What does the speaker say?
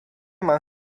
mam